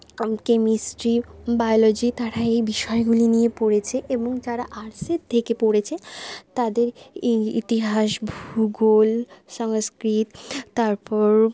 chemistry biology তারা এই বিষয়গুলি নিয়ে পড়েছে এবং যারা আর্টসের থেকে পড়েছে তাদের এই ইতিহাস ভূগোল সংস্কৃত তারপর